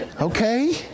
Okay